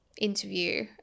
interview